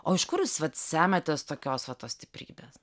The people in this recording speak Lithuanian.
o iš kur jūs semiatės tokios va tos stiprybės